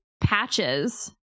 patches